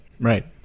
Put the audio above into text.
right